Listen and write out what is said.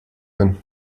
hin